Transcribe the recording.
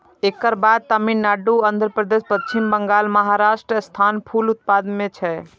एकर बाद तमिलनाडु, आंध्रप्रदेश, पश्चिम बंगाल, महाराष्ट्रक स्थान फूल उत्पादन मे छै